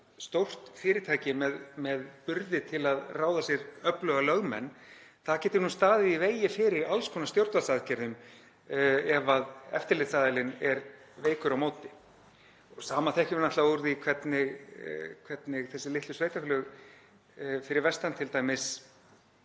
stórt fyrirtæki með burði til að ráða sér öfluga lögmenn geti staðið í vegi fyrir alls konar stjórnvaldsaðgerðum ef eftirlitsaðilinn er veikur á móti. Sama þekkjum við náttúrlega úr því hvernig þessi litlu sveitarfélög fyrir vestan t.d.